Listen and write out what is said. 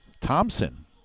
Thompson